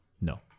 No